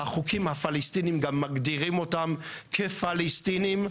החוקים הפלסטינים גם מגדירים אותם כפלסטינים,